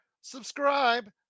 subscribe